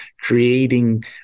creating